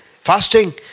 fasting